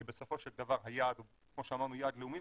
כי בסופו של דבר היעד כמו שאמרנו הוא יעד לאומי,